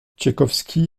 tchaïkovski